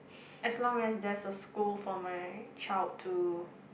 as long as there's a school for my child to